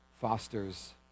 fosters